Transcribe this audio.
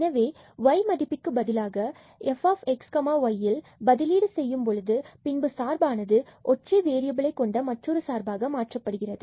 எனவே y மதிப்பிற்கு பதிலாக fxy ல் பதிலீடு செய்யும்பொழுது பின்பு சார்பானது ஒற்றை வேறியபிலை கொண்ட மற்றொரு சார்பாக மாற்றப்படுகிறது